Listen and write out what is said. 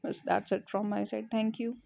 bus that's it from my side thank you